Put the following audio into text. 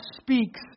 speaks